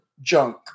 junk